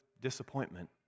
disappointment